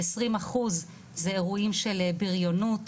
20% זה אירועים של בריונות